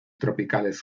tropicales